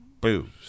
Booze